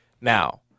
now